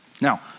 Now